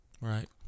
Right